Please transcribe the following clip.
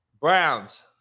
Browns